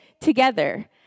together